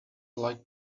like